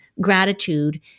gratitude